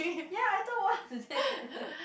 ya I thought what's that